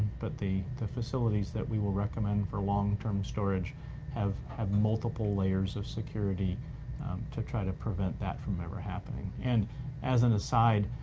but the the facilities that we will recommend for long-term storage have had multiple layers of security to try to prevent that from ever happening. and as an aside,